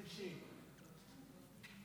תקשיב,